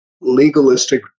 legalistic